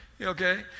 Okay